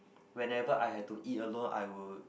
whenever I had to eat alone I would